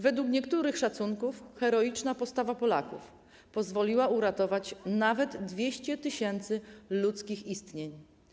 Według niektórych szacunków heroiczna postawa Polaków pozwoliła uratować nawet 200 tys. ludzkich istnień.